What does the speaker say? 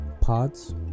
Pods